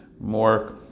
more